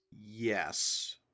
Yes